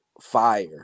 fire